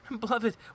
Beloved